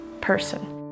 person